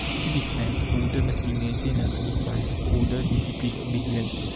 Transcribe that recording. to this end order must be maintained at any price order, discipline, obedience!